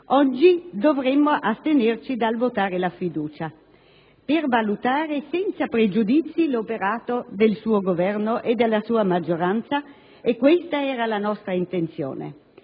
oggi dovremmo astenerci dal votare la fiducia per valutare senza pregiudizi l'operato del suo Governo e della sua maggioranza, e questa era la nostra intenzione.